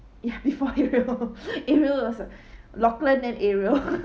ya before ariel ariel was the lochlan then ariel